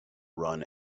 run